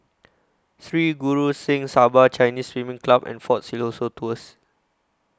Sri Guru Singh Sabha Chinese Swimming Club and Fort Siloso Tours